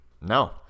No